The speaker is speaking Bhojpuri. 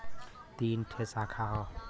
तीन ठे साखा हौ